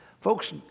Folks